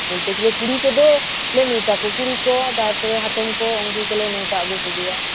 ᱵᱚᱞᱛᱮ ᱜᱮᱞᱮ ᱠᱩᱲᱤ ᱠᱚᱫᱚ ᱱᱮᱣᱛᱟ ᱠᱚᱣᱟ ᱛᱟᱯᱚᱨᱮ ᱦᱟᱛᱚᱢ ᱠᱩ ᱩᱱᱠᱩ ᱠᱚᱞᱮ ᱱᱮᱣᱛᱟ ᱟᱹᱜᱩ ᱠᱚ ᱜᱮᱭᱟ